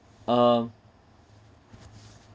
um